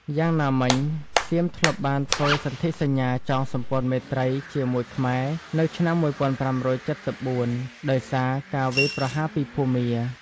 យ៉ាងណាមិញ សៀមធ្លាប់បានធ្វើសន្ធិសញ្ញាចងសម្ព័ន្ធមេត្រីជាមួយខ្មែរនៅឆ្នាំ ១៥៧៤ ដោយសារការវាយប្រហារពីភូមា។